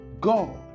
God